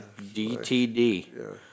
DTD